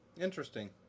Interesting